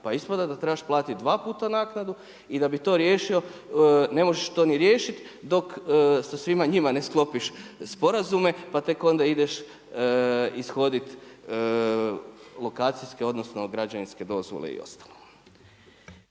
Pa ispada da trebaš platiti dva puta naknadu i da bi to riješio ne možeš to ni riješiti dok sa svim njima ne sklopiš sporazume pa tek onda ideš ishoditi lokacijske odnosno građevinske dozvole i ostalo.